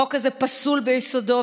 החוק הזה פסול ביסודו,